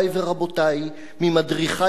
ממדריכי ב'מחנות העולים',